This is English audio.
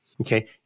Okay